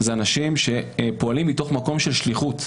אלו אנשים שפועלים ממקום של שליחות,